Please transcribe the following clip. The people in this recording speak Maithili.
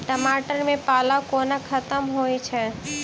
टमाटर मे पाला कोना खत्म होइ छै?